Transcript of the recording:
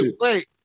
wait